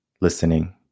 listening